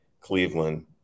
Cleveland